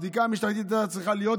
הבדיקה המשטרתית הייתה צריכה להיות,